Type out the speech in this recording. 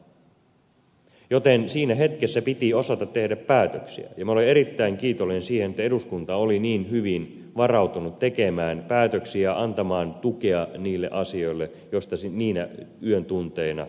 näin ollen siinä hetkessä piti osata tehdä päätöksiä ja minä olen erittäin kiitollinen siitä että eduskunta oli niin hyvin varautunut tekemään päätöksiä antamaan tukea niille asioille joista niinä yön tunteina päätettiin